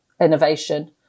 innovation